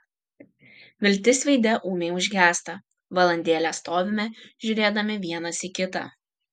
viltis veide ūmiai užgęsta valandėlę stovime žiūrėdami vienas į kitą